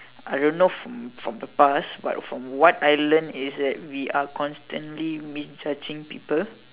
I don't know from the past but from what I learn is that we are constantly misjudging people